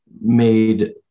made